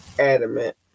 adamant